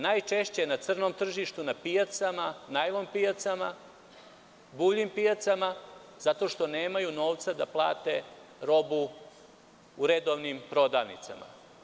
Najčešće na crnom tržištu, na pijacama, najlon pijacama, buvljim pijacama, zato što nemaju novca da plate robu u redovnim prodavnicama.